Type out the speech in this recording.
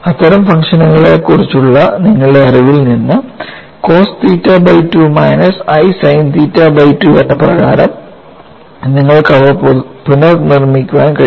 അത്തരം ഫംഗ്ഷനുകളെക്കുറിച്ചുള്ള നിങ്ങളുടെ അറിവിൽ നിന്ന് cos theta by 2 minus i sine theta by 2 എന്ന പ്രകാരം നിങ്ങൾക്ക് അവ പുനർനിർമ്മിക്കാൻ കഴിയും